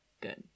good